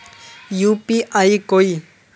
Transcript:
UPI कोई